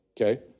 okay